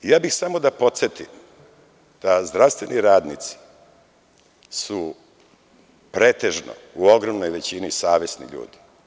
Samo bih da podsetim da zdravstveni radnici su pretežno u ogromnoj veći savesni ljudi.